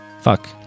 Fuck